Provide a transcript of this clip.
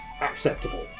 acceptable